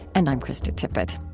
and i'm krista tippett